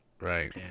Right